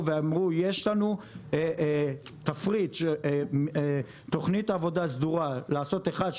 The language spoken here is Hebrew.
ואמרו שיש להם תכנית עבודה סדורה לעשות אחת,